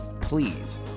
please